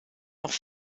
auch